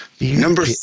Number